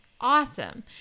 awesome